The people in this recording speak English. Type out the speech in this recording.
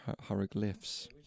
hieroglyphs